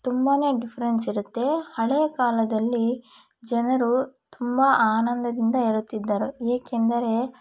ತುಂಬಾನೇ ಡಿಫರೆನ್ಸ್ ಇರತ್ತೆ ಹಳೆಯ ಕಾಲದಲ್ಲಿ ಜನರು ತುಂಬ ಆನಂದದಿಂದ ಇರುತ್ತಿದ್ದರು ಏಕೆಂದರೆ